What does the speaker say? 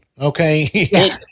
okay